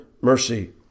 mercy